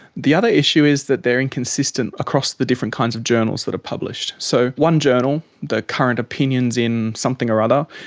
the other issue is that they are inconsistent across the different kinds of journals that are published. so one journal, the current opinions in something or other,